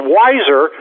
wiser